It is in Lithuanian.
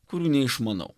kurių neišmanau